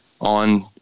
on